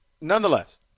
nonetheless